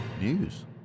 news